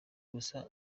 gusa